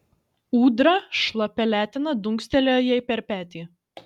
ūdra šlapia letena dunkstelėjo jai per petį